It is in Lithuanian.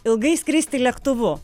ilgai skristi lėktuvu